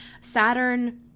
Saturn